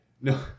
No